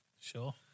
sure